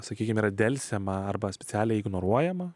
sakykime yra delsiama arba specialiai ignoruojama